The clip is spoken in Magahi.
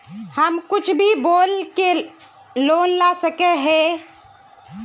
हम कुछ भी बोल के लोन ला सके हिये?